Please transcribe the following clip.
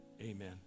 amen